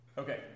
Okay